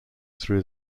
through